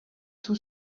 two